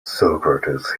socrates